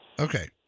Okay